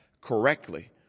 correctly